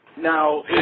Now